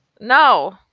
No